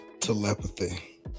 Telepathy